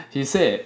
he said